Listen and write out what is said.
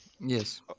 Yes